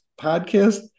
podcast